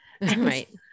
Right